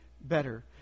better